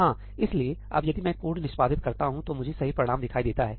हां इसलिए अब यदि मैं कोड निष्पादित करता हूं तो मुझे सही परिणाम दिखाई देता है